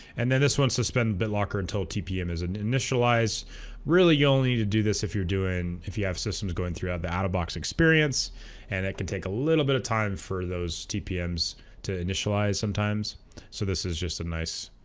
and then this one suspend bitlocker until tpm is and initialized really you only need to do this if you're doing if you have systems going throughout the out of box experience and it can take a little bit of time for those tpms to initialize sometimes so this is just a nice